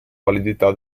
validità